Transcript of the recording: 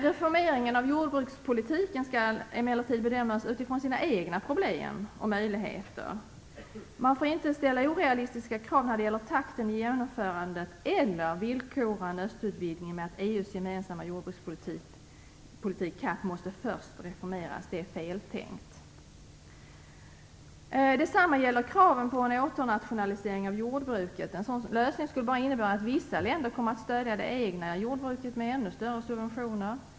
Reformeringen av jordbrukspolitiken skall emellertid bedömas utifrån sina egna problem och möjligheter. Man får inte ställa orealistiska krav när det gäller takten i genomförandet eller villkora en östutvidgning med att EU:s gemensamma jordbrukspolitik, CAP, först måste reformeras. Det är fel tänkt. Detsamma gäller kraven på en åternationalisering av jordbruket. En sådan lösning skulle bara innebära att vissa länder kommer att stödja det egna jordbruket med ännu större subventioner.